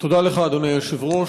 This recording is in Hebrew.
תודה לך, אדוני היושב-ראש.